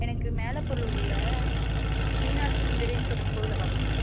எனக்கு மேலப்பழுவூரில் மீனாட்சி சுந்தரேஸ்வரன் கோவில பார்க்கணுங்க